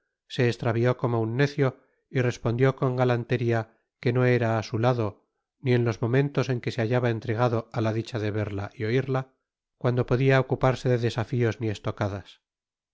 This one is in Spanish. se estravió como un necio y respondió con galanteria que no era á su lado ni en los momentos en que se hallaba entregado á la dicha de verla y oiria cuando podia ocuparse de desafios ni estocadas